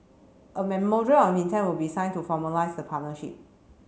a of intent will be signed to formalise the partnership